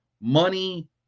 money